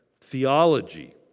theology